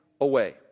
away